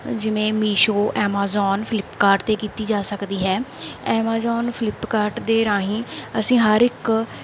ਜਿਵੇਂ Meesho Amazon Flipkart 'ਤੇ ਕੀਤੀ ਜਾ ਸਕਦੀ ਹੈ ਐਮਾਜ਼ੋਨ ਫਲਿਪਕਾਰਟ ਦੇ ਰਾਹੀਂ ਅਸੀਂ ਹਰ ਇੱਕ